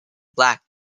black